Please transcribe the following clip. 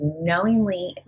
knowingly